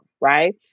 Right